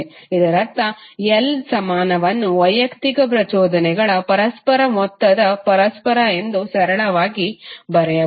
ಇದರರ್ಥ L ಸಮಾನವನ್ನು ವೈಯಕ್ತಿಕ ಪ್ರಚೋದನೆಗಳ ಪರಸ್ಪರ ಮೊತ್ತದ ಪರಸ್ಪರ ಎಂದು ಸರಳವಾಗಿ ಬರೆಯಬಹುದು